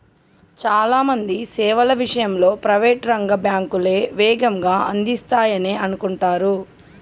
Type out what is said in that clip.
చాలా మంది సేవల విషయంలో ప్రైవేట్ రంగ బ్యాంకులే వేగంగా అందిస్తాయనే అనుకుంటరు